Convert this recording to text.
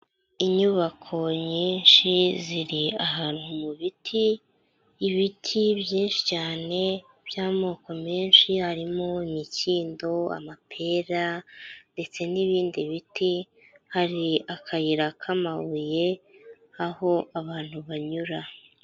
Inyubako nyinshi ziri ahantu mu biti, ibiti byinshi cyane by'amoko menshi, harimo imikindo, amapera ndetse n'ibindi biti, hari akayira k'amabuye, aho abantu banyura.